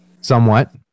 somewhat